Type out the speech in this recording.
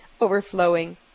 overflowing